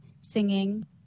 singing